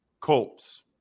Colts